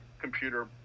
computer